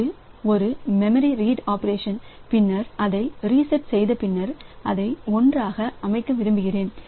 இது ஒரு memory read operation பின்னர் அதை ரீசெட் செய்தபின்னர் நான் அதை 1 ஆக அமைக்க விரும்புகிறேன்